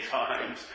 times